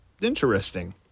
interesting